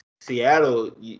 Seattle